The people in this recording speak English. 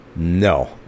No